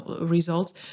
results